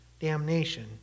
damnation